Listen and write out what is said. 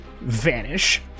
vanish